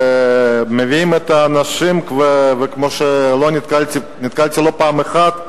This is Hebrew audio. ומביאים את האנשים, כמו שנתקלתי לא פעם אחת,